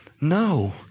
No